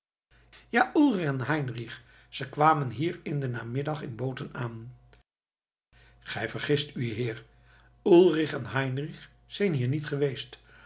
ja ulrich en heinrich ze kwamen hier in den namiddag in booten aan gij vergist u heer ulrich en heinrich zijn hier niet geweest